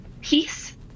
Peace